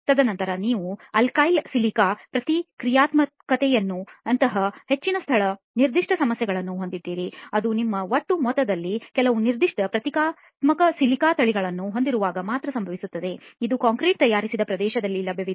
ತದನಂತರ ನೀವು ಅಲ್ಕಲೈ ಸಿಲಿಕಾalkali-silica ಪ್ರತಿಕ್ರಿಯಾತ್ಮಕತೆಯಂತಹ ಹೆಚ್ಚಿನ ಸ್ಥಳ ನಿರ್ದಿಷ್ಟ ಸಮಸ್ಯೆಗಳನ್ನು ಹೊಂದಿದ್ದೀರಿ ಅದು ನಿಮ್ಮ ಒಟ್ಟು ಮೊತ್ತದಲ್ಲಿ ಕೆಲವು ನಿರ್ದಿಷ್ಟ ಪ್ರತಿಕ್ರಿಯಾತ್ಮಕ ಸಿಲಿಕಾ ತಳಿಗಳನ್ನು ಹೊಂದಿರುವಾಗ ಮಾತ್ರ ಸಂಭವಿಸುತ್ತದೆ ಇದು ಕಾಂಕ್ರೀಟ್ ತಯಾರಿಸಿದ ಪ್ರದೇಶದಲ್ಲಿ ಲಭ್ಯವಿದೆ